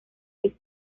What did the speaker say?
que